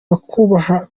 bakubaha